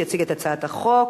יציג את הצעת החוק